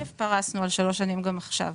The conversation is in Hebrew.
פרסנו על שלוש שנים גם עכשיו.